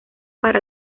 para